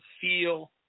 feel